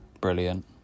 Brilliant